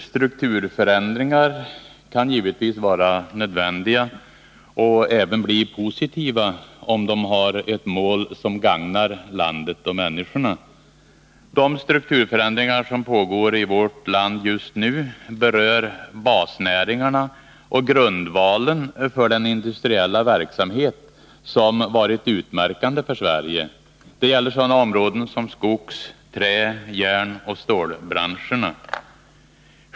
Strukturförändringar kan givetvis vara nödvändiga och även bli positiva, om de har ett mål som gagnar landet och människorna. De strukturförändringar som pågår i vårt land just nu berör basnäringarna och grundvalen för den industriella verksamhet som varit utmärkande för Sverige. De gäller sådana områden som skogs-, trä-, järnoch stålbranscherna.